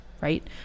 right